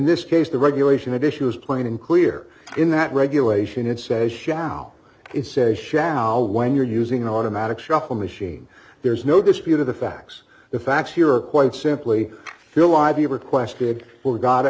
this case the regulation that issue is plain and clear in that regulation it says shall is says shall when you're using an automatic shuffle machine there's no dispute of the facts the facts here are quite simply phil ivey requested for go